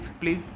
please